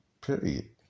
Period